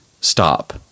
stop